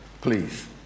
please